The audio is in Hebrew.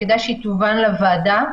וכדאי שהיא תובן לוועדה,